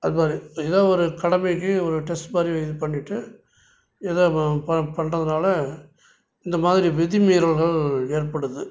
அது மாதிரி எதோ ஒரு கடமைக்கு ஒரு டெஸ்ட் மாதிரி இது பண்ணிவிட்டு எதோ ம ப பண்றதுனால் இந்த மாதிரி விதிமீறல்கள் ஏற்படுது